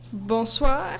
Bonsoir